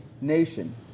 nation